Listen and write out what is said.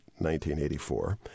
1984